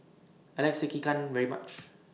I like Sekihan very much